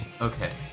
Okay